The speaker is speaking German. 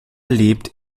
lebt